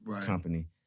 company